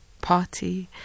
party